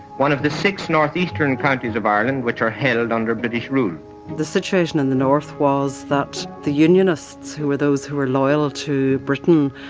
one of the six northeastern counties of ireland which are held under british rule the situation in the north was that the unionists, who were those who were loyal to britain,